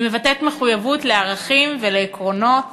היא מבטאת מחויבות לערכים ולעקרונות